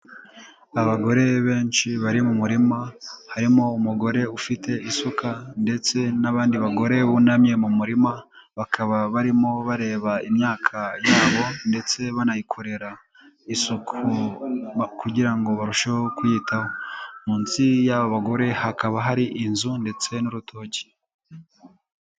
Abagore benshi bari mu murima, harimo umugore ufite isuka ndetse n'abandi bagore bunamye mu murima, bakaba barimo bareba imyaka yabo ndetse banayikorera isuku kugirango ngo barusheho kuyitaho, munsi y'aba bagore hakaba hari inzu ndetse n'urutoki.